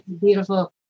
beautiful